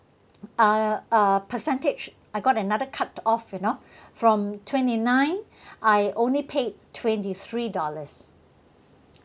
uh uh percentage I got another cut off you know from twenty nine I only paid twenty three dollars